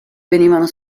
venivano